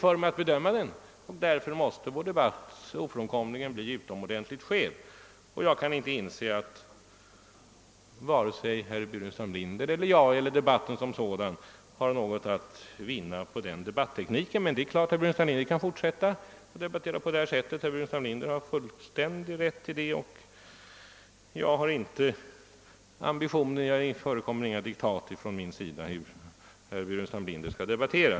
Jag kan inte bedöma den saken, och därför måste vår debatt nu ofrånkomligen bli mycket skev. Jag kan inte inse att vare sig herr Burenstam Linder, jag eller debatten som sådan har någonting att vinna på den debattekniken. Det är klart att herr Burenstam Linder kan fortsätta att debattera på det här sättet. Han har fullständig rätt till det, och det förekommer inga diktat från min sida om hur herr Burenstam Linder skall debattera.